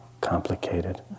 complicated